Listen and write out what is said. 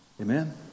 Amen